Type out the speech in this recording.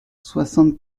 soixante